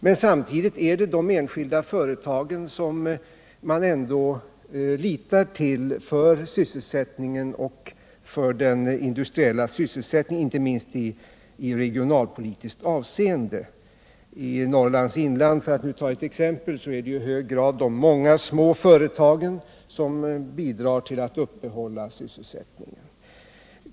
Men samtidigt är det de enskilda företagen man litar till för den industriella sysselsättningen, inte minst i regionalpolitiskt avseende i Norrlands inland. För att ta ett exempel är det i hög grad de många små företagen som bidrar tillatt uppehålla sysselsättningen.